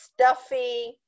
stuffy